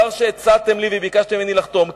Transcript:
כבר כשהצעתן לי וביקשתן ממני לחתום,